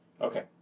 Okay